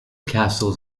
castles